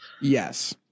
Yes